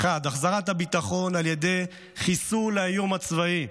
האחד, החזרת הביטחון על ידי חיסול האיום הצבאי.